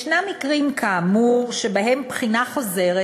יש מקרים, כאמור, שבהם בחינה חוזרת